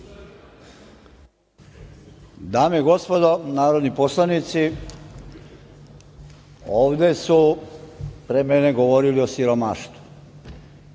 Dame i gospodo narodni poslanici ovde su pre mene govorili o siromaštvu,